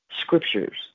scriptures